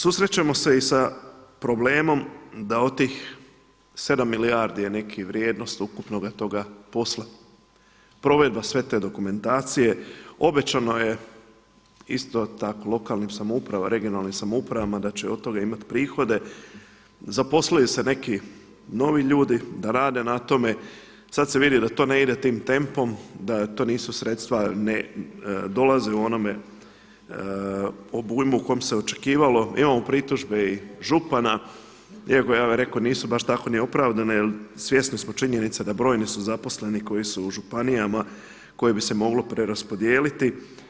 Susrećemo se i sa problemom da od tih 7 milijardi je nekih vrijednost ukupnog tog posla, provedba sve te dokumentacije, obećano je isto tako lokalnim, regionalnim samouprava da će od toga imati prihode, zaposlili su se neki novi ljudi da rade na tome, sad se vidi da to ne ide tim tempom, da to nisu sredstva ne dolaze u onome obujmu u kojem se očekivalo, imamo pritužbe i župana iako ja bih rekao nisu baš tako ni opravdane jer svjesni smo činjenice da brojni su zaposleni koji su u županijama, koje bi se moglo preraspodijeliti.